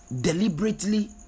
deliberately